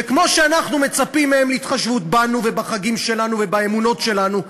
וכמו שאנחנו מצפים מהם להתחשבות בנו ובחגים שלנו ובאמונות שלנו,